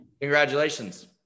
Congratulations